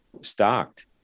stocked